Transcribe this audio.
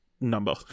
number